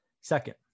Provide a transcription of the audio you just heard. Second